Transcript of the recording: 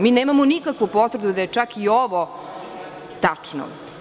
Mi nemamo nikakvu potvrdu da je čak i ovo tačno.